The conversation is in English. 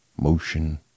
motion